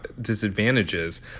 disadvantages